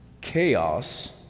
chaos